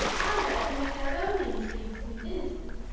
either to make their own intrigues seem innocent,